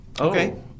Okay